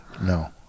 no